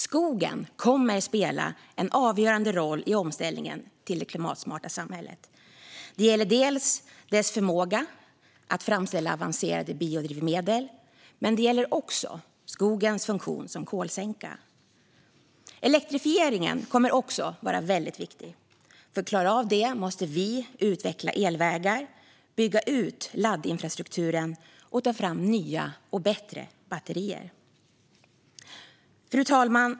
Skogen kommer att spela en avgörande roll i omställningen till det klimatsmarta samhället, dels genom förmågan att framställa avancerade biodrivmedel, dels genom skogens funktion som kolsänka. Elektrifieringen kommer också att vara väldigt viktig. För att klara av det måste vi utveckla elvägar, bygga ut laddinfrastrukturen och ta fram nya och bättre batterier. Fru talman!